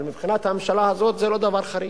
אבל מבחינת הממשלה הזאת זה לא דבר חריג.